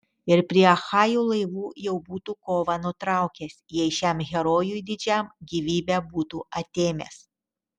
ir prie achajų laivų jau būtų kovą nutraukęs jei šiam herojui didžiam gyvybę būtų atėmęs